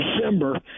December